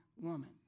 woman